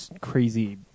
crazy